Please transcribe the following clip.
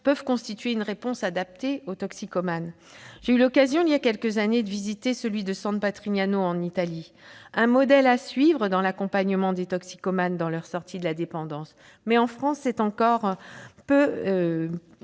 peuvent constituer une réponse adaptée aux toxicomanes. Voilà quelques années, j'ai eu l'occasion de visiter celui de San Patrignano en Italie, un modèle à suivre dans l'accompagnement des toxicomanes dans leur sortie de la dépendance, mais qui est encore peu